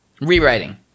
rewriting